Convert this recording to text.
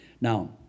now